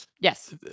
Yes